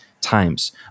times